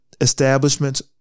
establishments